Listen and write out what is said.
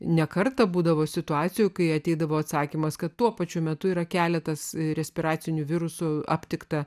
ne kartą būdavo situacijų kai ateidavo atsakymas kad tuo pačiu metu yra keletas respiracinių virusų aptikta